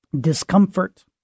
Discomfort